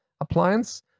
appliance